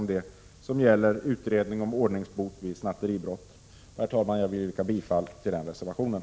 Reservation 1 gäller utredning om ordningsbot vid snatteribrott, och jag yrkar bifall till den reservationen.